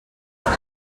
deux